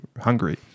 Hungary